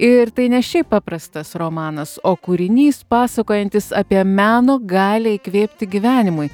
ir tai ne šiaip paprastas romanas o kūrinys pasakojantis apie meno galią įkvėpti gyvenimui